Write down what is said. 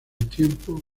tiempo